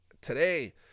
today